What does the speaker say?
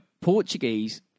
Portuguese